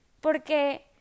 porque